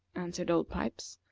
answered old pipes.